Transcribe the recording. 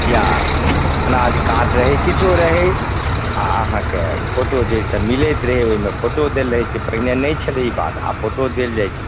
या अनाज कार्ड रहै किछो रहै आ अहाँके फोटो जाहि सऽ मिलैत रहै ओहिमे फोटो देल रहै छै पहिने नहि छलै ई बात आ फोटो देल जाइ छै